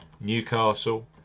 Newcastle